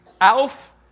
Alf